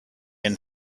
and